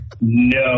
No